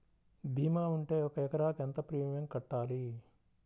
భీమా ఉంటే ఒక ఎకరాకు ఎంత ప్రీమియం కట్టాలి?